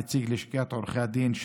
נציג לשכת עורכי הדין,